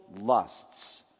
lusts